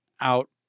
out